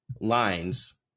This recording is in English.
lines